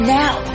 now